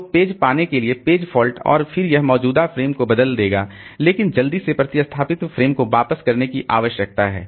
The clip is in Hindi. तो पेज पाने के लिए पेज फॉल्ट और फिर यह मौजूदा फ्रेम को बदल देगा लेकिन जल्दी से प्रतिस्थापित फ्रेम को वापस करने की आवश्यकता है